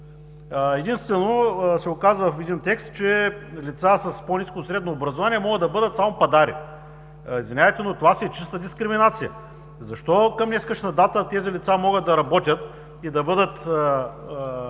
Единствено се оказа в един текст, че лица с по-ниско от средно образование могат да бъдат само пъдари. Извинявайте, но това си е чиста дискриминация. Защо към днешна дата тези лица могат да работят и да бъдат